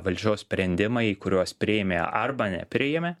valdžios sprendimai kuriuos priėmė arba nepriėmė